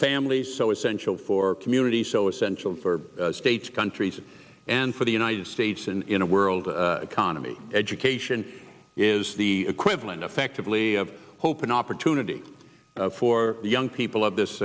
families so essential for communities so essential for states countries and for the united states and in a world economy education is the equivalent effectively of hope and opportunity for young people of this